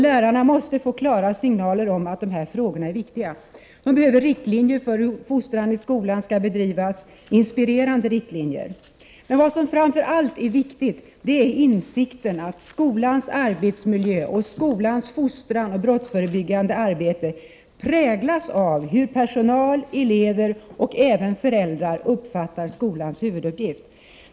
Lärarna måste få klara signaler om att dessa frågor är viktiga. De behöver riktlinjer för hur fostran i skolan skall bedrivas, inspirerande riktlinjer. Vad som framför allt är viktigt är insikten att skolans arbetsmiljö och dess fostran och förebyggande arbete präglas av hur personal, elever och även föräldrar uppfattar dess huvuduppgift.